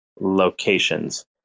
locations